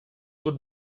would